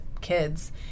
kids